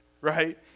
right